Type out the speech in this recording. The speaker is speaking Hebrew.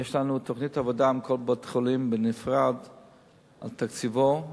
יש לנו תוכנית עבודה עם כל בית-חולים בנפרד על תקציבו,